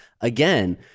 again